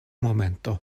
momento